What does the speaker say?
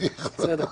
זאת ממשלה חדשה.